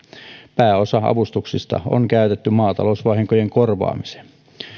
pääosa avustuksista on käytetty maatalousvahinkojen korvaamiseen